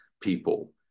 people